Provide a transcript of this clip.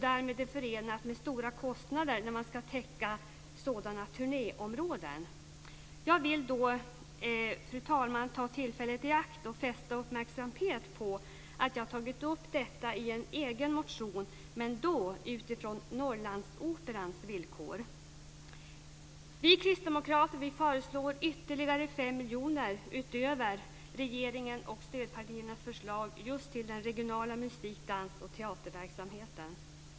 Därmed är det förenat med stora kostnader när man ska täcka sådana turnéområden. Fru talman! Jag vill ta tillfället i akt och fästa uppmärksamhet på att jag har tagit upp detta i en egen motion, men då utifrån Norrlandsoperans villkor. Vi kristdemokrater föreslår ytterligare 5 miljoner kronor utöver regeringens och stödpartiernas förslag till den regionala musik-, dans och teaterverksamheten.